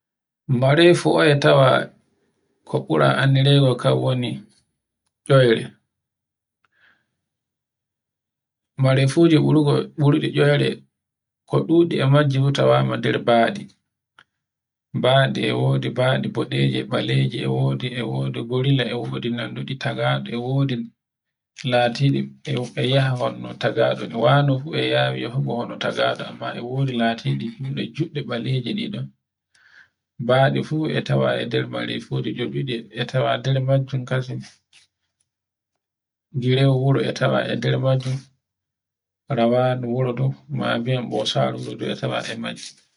Marefu e tawa bo buri anndinego kan woni tceure. Marefuji burugo, burudi tcoure ko ɗuɗi e tawama nder badi. E wodi badi boɗeji e baleji, e wodi gurla e wodi nanduɗi tagaɗe e wodi latiɗe e yaha wonno tagaɗo mauɗo amma e wodi latiɗi juɗe juɗɗe baleji ɗiɗon, badi fu e tawa e nder marefuji e tawa nde majju kadim jirewuro e tawa rawandu wuro ɗo kuma bi'e bosaru ndu e tawa e majji.